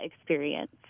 experience